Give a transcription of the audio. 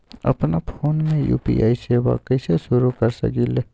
अपना फ़ोन मे यू.पी.आई सेवा कईसे शुरू कर सकीले?